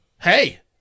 hey